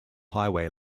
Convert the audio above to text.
highway